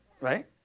Right